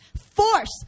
force